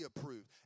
approved